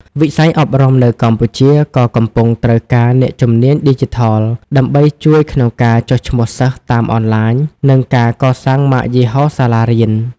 វិស័យអប់រំនៅកម្ពុជាក៏កំពុងត្រូវការអ្នកជំនាញឌីជីថលដើម្បីជួយក្នុងការចុះឈ្មោះសិស្សតាមអនឡាញ និងការកសាងម៉ាកយីហោសាលារៀន។